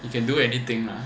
you can do anything lah